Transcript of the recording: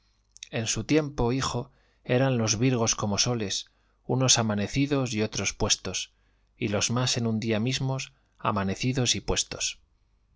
en su tiempo hijo eran los virgos como soles unos amanecidos y otros puestos y los más en un día mismo amanecidos y puestos